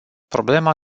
problema